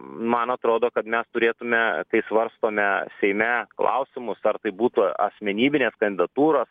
man atrodo kad mes turėtume kai svarstome seime klausimus ar tai būtų asmenybinės kandidatūros